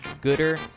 Gooder